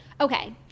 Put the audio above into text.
Okay